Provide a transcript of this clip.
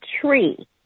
tree